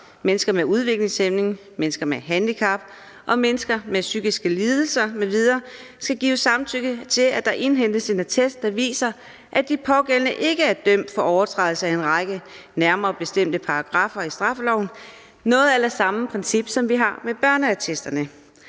mennesker med udviklingshæmning, mennesker med handicap og mennesker med psykiske lidelser m.v., skal give samtykke til, at der indhentes en attest, der viser, at de pågældende ikke er dømt for overtrædelse af en række nærmere bestemte paragraffer i straffeloven – noget a la samme princip, som vi har for børneattesterne.